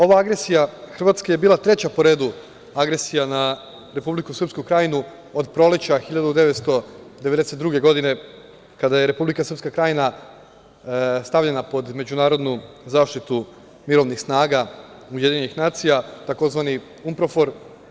Ova agresija Hrvatske je bila treća po redu agresija na Republiku Srpsku Krajinu od proleća 1992. godine, kada je Republika Srpska Krajina stavljena pod međunarodnu zaštitu mirovnih snaga UN, tzv. UNPROFOR.